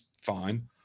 fine